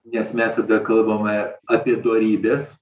nes mes tada kalbame apie dorybes